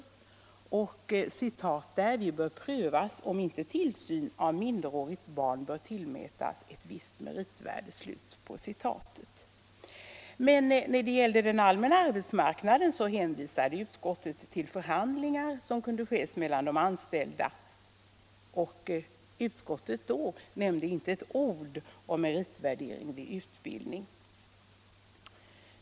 Utredningen hade uttalat att ”därvid bör prövas om inte tillsyn av minderårigt barn bör tillmätas meritvärde”. När det gällde den allmänna arbetsmarknaden hänvisade utskottet till förhandlingar mellan de anställda. Utskottet nämnde inte ett ord om meritvärdering vid utbildning.